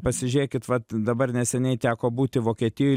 pasižiūrėkit vat dabar neseniai teko būti vokietijoj